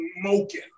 smoking